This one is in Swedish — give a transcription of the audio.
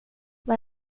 vad